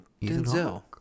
Denzel